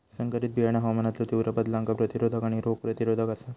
संकरित बियाणा हवामानातलो तीव्र बदलांका प्रतिरोधक आणि रोग प्रतिरोधक आसात